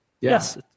Yes